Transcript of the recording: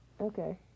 okay